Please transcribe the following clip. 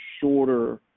shorter